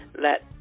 let